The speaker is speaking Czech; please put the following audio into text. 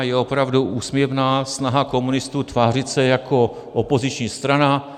Je opravdu úsměvná snaha komunistů tvářit se jako opoziční strana.